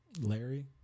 Larry